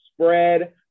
spread